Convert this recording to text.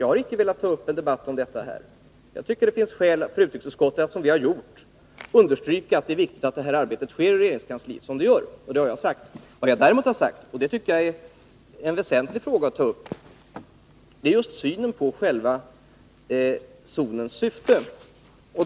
Jag tycker att det finns skäl för utrikesutskottet att, som utskottet har gjort, understryka att det är viktigt att det här arbetet utförs i regeringskansliet på sätt som sker. Det har jag också sagt. Dessutom har jag — och det tycker jag är en väsentlig fråga att ta upp — gått in på själva zonens syfte.